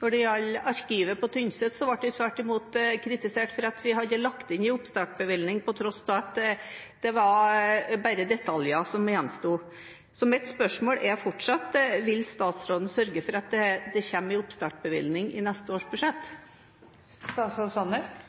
Når det gjelder arkivet på Tynset, så ble vi tvert imot kritisert fordi vi hadde lagt inn en oppstartsbevilgning, på tross av at det bare var detaljer som gjensto. Så mitt spørsmål er fortsatt: Vil statsråden sørge for at det kommer en oppstartsbevilgning i neste års budsjett? Med den regjeringserfaring som Senterpartiet har, så vil man også vite at en statsråd